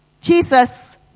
Jesus